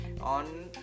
on